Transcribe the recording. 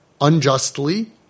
unjustly